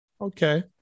Okay